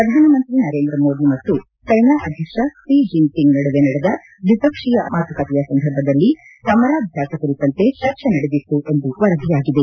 ಪ್ರಧಾನಮಂತ್ರಿ ನರೇಂದ್ರ ಮೋದಿ ಮತ್ತು ಚೈನಾ ಅಧ್ಯಕ್ಷ ಕ್ಷಿ ಜನ್ಪಿಂಗ್ ನಡುವೆ ನಡೆದ ದ್ವಿಪಕ್ಷೀಯ ಮಾತುಕತೆಯ ಸಂದರ್ಭದಲ್ಲಿ ಸಮರಾಭ್ಲಾಸ ಕುರಿತಂತೆ ಚರ್ಚೆ ನಡೆದಿತ್ತು ಎಂದು ವರದಿಯಾಗಿದೆ